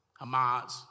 Hamas